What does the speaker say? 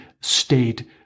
stayed